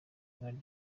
ibanga